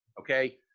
okay